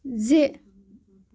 زِ